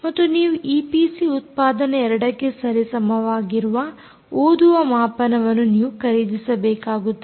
ಮತ್ತು ನೀವು ಈಪಿಸಿ ಉತ್ಪಾದನೆ 2ಕ್ಕೆ ಸರಿಸಮವಾಗಿರುವ ಓದುವ ಮಾಪನವನ್ನು ನೀವು ಖರೀದಿಸಬೇಕಾಗುತ್ತದೆ